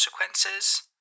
consequences